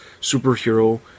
superhero